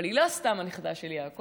אבל היא לא סתם הנכדה של יעקב,